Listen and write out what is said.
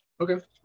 Okay